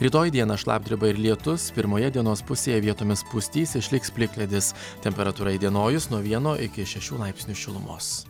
rytoj dieną šlapdriba ir lietus pirmoje dienos pusėje vietomis pustys išliks plikledis temperatūra įdienojus nuo vieno iki šešių laipsnių šilumos